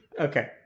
Okay